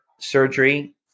surgery